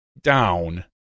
down